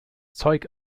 zeug